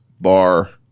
bar